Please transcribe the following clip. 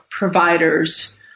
providers